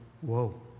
whoa